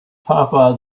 papa